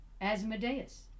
Asmodeus